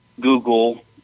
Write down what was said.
Google